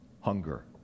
hunger